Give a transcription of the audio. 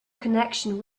connection